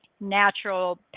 natural